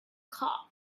cop